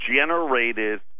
generated